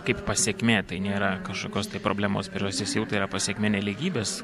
kaip pasekmė tai nėra kažkokios problemos priežastis jau tai yra pasekmė nelygybės